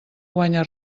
guanya